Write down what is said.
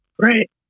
Right